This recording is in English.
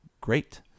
great